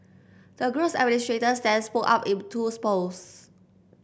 the group's administrators then spoke up in two posts